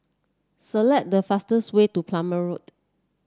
select the fastest way to Palmer Road